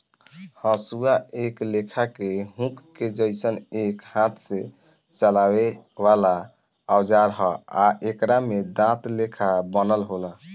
हसुआ एक लेखा के हुक के जइसन एक हाथ से चलावे वाला औजार ह आ एकरा में दांत लेखा बनल होला